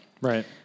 Right